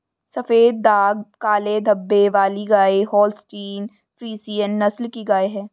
सफेद दाग काले धब्बे वाली गाय होल्सटीन फ्रिसियन नस्ल की गाय हैं